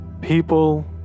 people